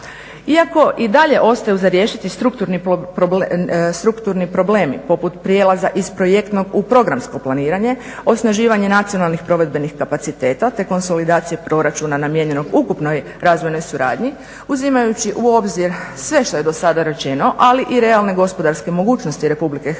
Iako i dalje ostaju za riješiti strukturni problemi poput prijelaza iz projektnog u programsko planiranje, osnaživanje nacionalnih provedbenih kapaciteta te konsolidacije proračuna namijenjenog ukupnoj razvojnoj suradnji, uzimajući u obzir sve što je do sada rečeno ali i realne gospodarske mogućnosti RH u ovom trenutku